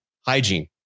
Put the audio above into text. Hygiene